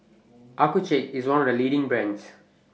Accucheck IS one of The leading brands